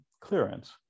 clearance